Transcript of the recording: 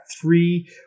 three